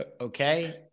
Okay